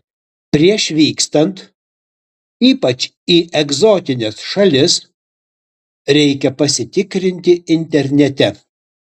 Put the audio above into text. prieš vykstant ypač į egzotines šalis reikia pasitikrinti internete